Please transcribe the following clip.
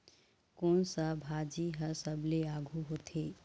कोन सा भाजी हा सबले आघु होथे?